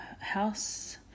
house